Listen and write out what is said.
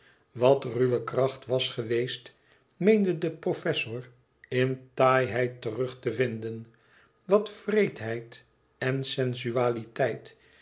wat ruwe kracht was geweest meende de professor in taaiheid terug te vinden wat wreedheid en sensualiteit